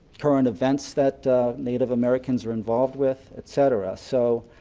current events that native americans were involved with, etc. so